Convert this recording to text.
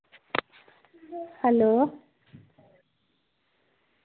hello